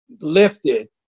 lifted